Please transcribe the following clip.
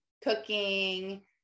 cooking